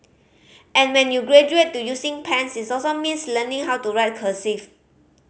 and when you graduate to using pens its also means learning how to write cursive